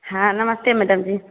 हँ नमस्ते मैडम जी